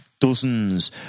dozens